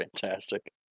fantastic